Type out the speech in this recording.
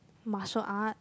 martial art